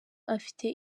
afite